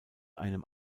einem